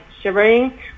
shivering